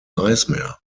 eismeer